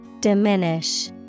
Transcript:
Diminish